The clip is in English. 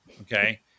Okay